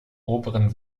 oberen